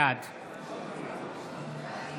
בעד